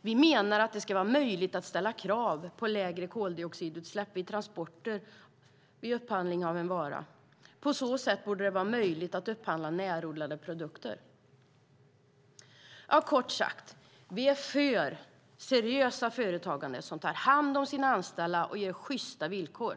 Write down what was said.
Vi menar att det ska vara möjligt att ställa krav på lägre koldioxidutsläpp vid transporter vid upphandling av en vara. På så sätt borde det vara möjligt att upphandla närodlade produkter. Kort sagt: Vi är för seriösa företagare som tar hand om sina anställda och ger sjysta villkor.